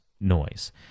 noise